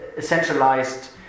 centralized